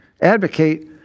advocate